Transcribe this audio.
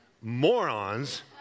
morons